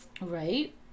Right